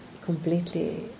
completely